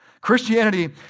Christianity